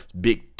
big